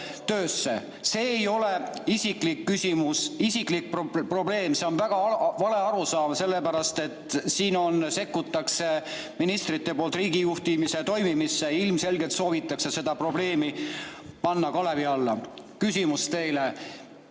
See ei ole isiklik küsimus, isiklik probleem, see on väga vale arusaam, sellepärast et siin sekkutakse ministrite poolt riigijuhtimise toimimisse. Ilmselgelt soovitakse seda probleemi panna kalevi alla. Kui te ei